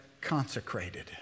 consecrated